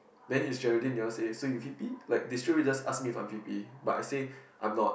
then Sheroline they all say so you V_P like they straight away just ask me for me V_P but I said I am not